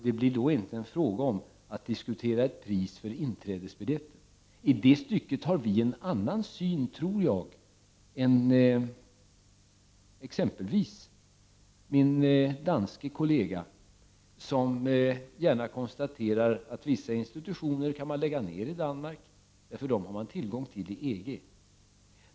Det blir i så fall inte en fråga om att diskutera ett pris på inträdesbiljetten. I den delen tror jag att vi har en annan syn än t.ex. min danske kollega, som gärna konstaterar att man kan lägga ner vissa institutioner i Danmark, eftersom det finns tillgång till sådana institutioner inom EG.